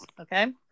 Okay